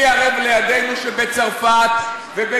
מי ערב לנו שבצרפת ובגרמניה,